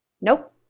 nope